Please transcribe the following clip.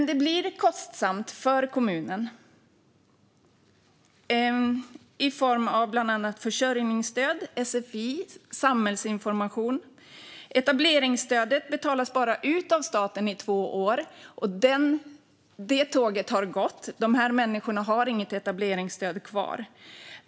Det blir kostsamt för kommunen i form av bland annat försörjningsstöd, sfi och samhällsinformation. Etableringsstödet betalas bara ut av staten i två år, och det tåget har gått. De här människorna har inget etableringsstöd kvar.